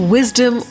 Wisdom